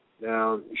now